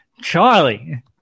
Charlie